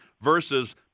versus